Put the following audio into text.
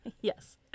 yes